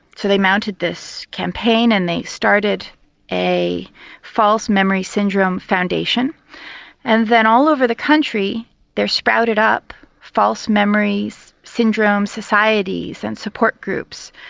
so they mounted this campaign and they started a false memory syndrome foundation and then all over the country there sprouted up false memory so syndrome societies and support groups,